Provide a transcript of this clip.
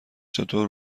چطور